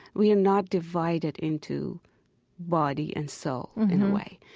we are not divided into body and soul in a way,